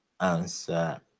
answer